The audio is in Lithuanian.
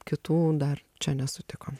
kitų dar čia nesutikom